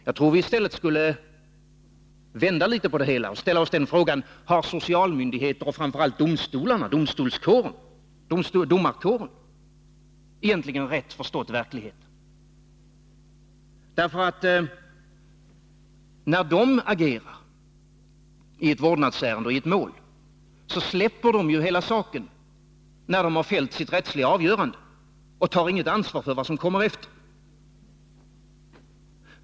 Jag tror att vi i stället borde vända på det hela och ställa frågan: Har socialmyndigheterna och framför allt domarkåren egentligen rätt förstått verkligheten? När de agerar i ett vårdnadsärende och i ett mål, släpper de ju hela saken när de har fällt sitt rättsliga avgörande och tar inget ansvar för vad som kommer efter.